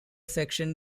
section